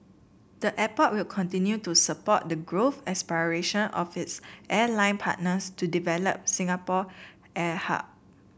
the airport will continue to support the growth aspiration of its airline partners to develop Singapore air hub